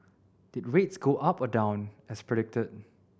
did rates go up or down as predicted